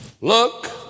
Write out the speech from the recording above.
look